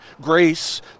grace